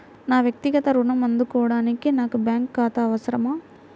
నా వక్తిగత ఋణం అందుకోడానికి నాకు బ్యాంక్ ఖాతా అవసరమా?